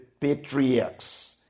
patriarchs